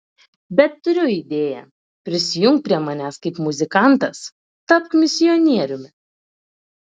bet turiu idėją prisijunk prie manęs kaip muzikantas tapk misionieriumi